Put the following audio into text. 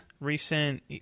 recent